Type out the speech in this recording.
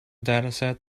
dataset